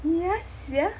yeah sia